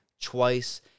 twice